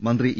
മന്ത്രി ഇ